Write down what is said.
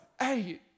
hey